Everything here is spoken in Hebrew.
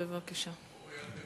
בבקשה.